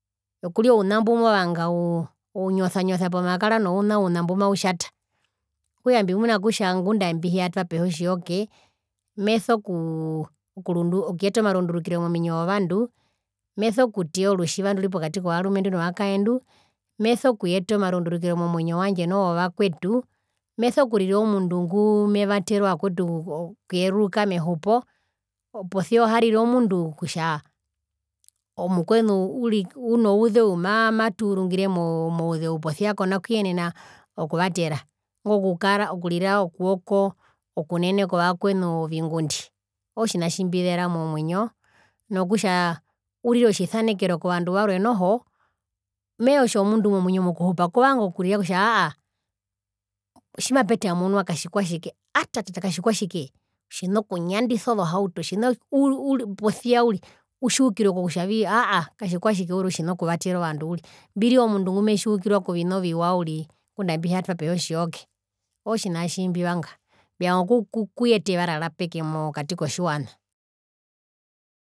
Nokuria ouna mbumovanga ounyosa nyosa pomakara nouna una mbumautjata, okutja mbimuna kutja ngunda ambi hiyatwapehi otjiyoke meso kuu okuyeta omarundurukiro mominyo vyo vandu meso kuteya orutjiva turi pokati kovarumendu novakaendu meso kuyeta omarundurukiro momwinyo wandje nowovakwetu meso kurira omundu ngumevatere ovakwetu okuyeruruka mehupo, posia oharire omundu kutja omukwenu uri unouzeu ma ma tuurungire mouzeu posia kona kuyenena okuvatera ingo kukara okurira okuwoko okunene kovakwenu ovingundi ootjina tjimbizera momwinyo nokutja urire otjisanekero kovandu varwe noho mehee otjomundu momwinyo mokuhupa kovanga kurira kutja aahaa tjimapetamunwa katjikwatjike atatata katjikwatjike otjina okunyandisa ozo hauto otjina oku uuur posia uriri utjiukirwe kokutjavi aahaa katjikwatjike uriri otjina okuvatera ovandu uri mbirire omundu ngumetjiukirwa kovina oviwa uri ngunda ambihiya twapehi otjiyoke ootjina tjimbivanga mbivanga okuyeta evara rapeke mokati kotjiwana.